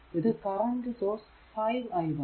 ഇത് current source 5 i1